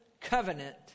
covenant